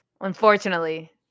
Unfortunately